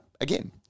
again